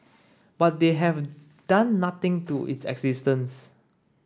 but they have done nothing to its existence